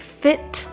fit